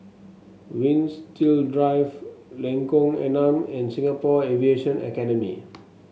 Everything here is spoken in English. Winstedt Drive Lengkong Enam and Singapore Aviation Academy